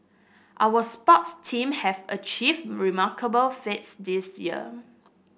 our sports team have achieved remarkable feats this year